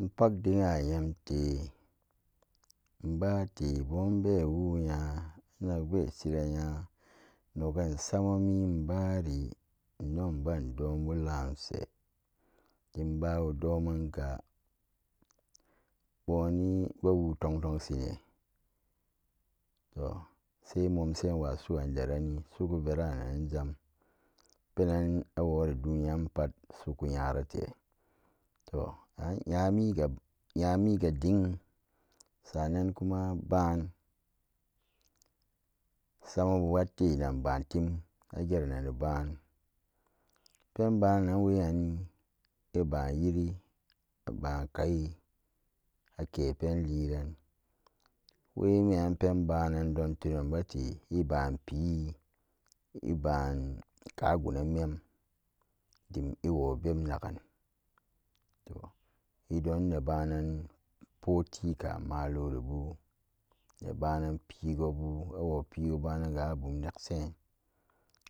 Inpakkadin annya yamte imbate bube wonya inakbe shirannya nogin sama mi inmbari innon ba indonbuban she den bawo domega bunii be wo ton ton shine to se monsen wa suran derani soko verananan jam penan awori duniya ran pal suku nyarate to an nyami ga nyamega den sa nan kuma ban samabu grenan banten a gerananani ban pen bannanan we nani iba xiri iban kai ake pen liran we miyan pen bannen dori tuname te iban pea inban kagunnan men dem iwo beb nagan to idon ne ba nan pohti ka malore bu ne bananan pego bu ne banan pe gobu awo banar gu a bun neeshen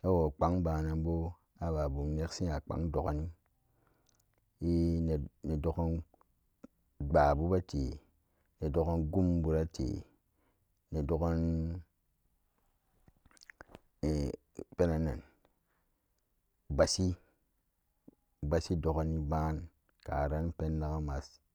awo gban bannu bu awo bunnek shen awo kpaa a bana bo ababun neksin a kpaki dogan ii ne dogan gpabu bete d ne dogan gombu rate nedon gan in pepenanan gwashi bashi doga ban karan penan